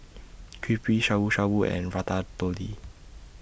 Crepe Shabu Shabu and Ratatouille